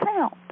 sound